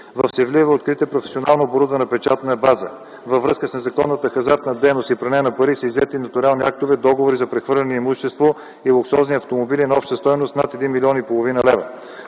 в Севлиево е открита професионално оборудвана печатна база; - във връзка със законната хазартна дейност и пране на пари са иззети нотариални актове, договори за прехвърляне на имущество и луксозни автомобили на обща стойност над 1,5 млн. лв.;